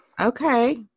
Okay